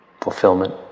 fulfillment